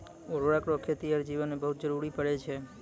उर्वरक रो खेतीहर जीवन मे बहुत जरुरी पड़ै छै